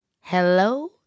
Hello